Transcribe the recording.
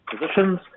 positions